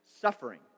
suffering